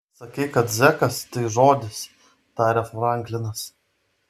sakei kad zekas tai žodis tarė franklinas